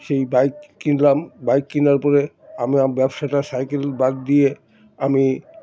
সেই বাইক কিনলাম বাইক কেনার পরে আমিার ব্যবসাটা সাইকেল বাদ দিয়ে আমি